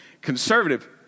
Conservative